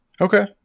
Okay